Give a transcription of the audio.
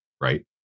right